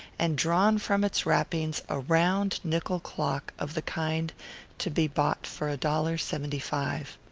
and drawn from its wrappings a round nickel clock of the kind to be bought for a dollar-seventy-five.